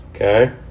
Okay